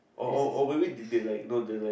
or or or maybe they like they like